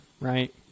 right